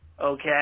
Okay